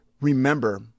remember